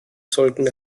sollten